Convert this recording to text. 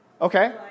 Okay